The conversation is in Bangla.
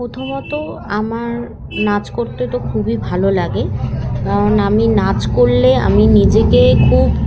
প্রথমত আমার নাচ করতে তো খুবই ভালো লাগে কারণ আমি নাচ করলে আমি নিজেকে খুব